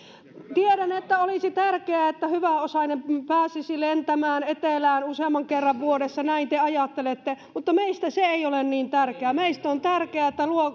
tiedän että olisi tärkeää että hyväosainen pääsisi lentämään etelään useamman kerran vuodessa näin te ajattelette mutta meistä se ei ole niin tärkeää meistä on tärkeää että